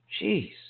Jeez